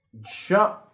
jump